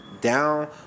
down